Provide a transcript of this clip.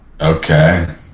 Okay